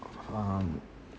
um